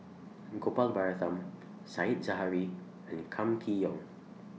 Gopal Baratham Said Zahari and Kam Kee Yong